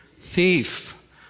thief